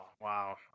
wow